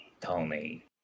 Tony